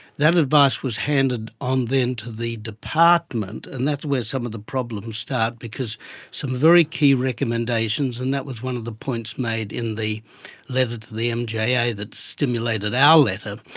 that advice was handed on then to the department, and that's where some of the problems start because some very key recommendations, and that was one of the points made in the letter to the mja that stimulated our letter,